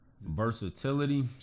Versatility